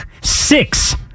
six